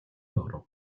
оров